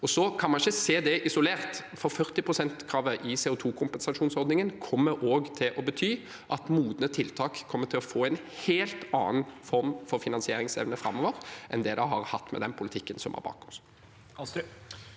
Man kan ikke se det isolert, for 40 pst.-kravet i CO2-kompensasjonsordningen kommer også til å bety at modne tiltak kommer til å få en helt annen form for finansieringsevne framover enn det de har hatt med den politikken som er bak oss.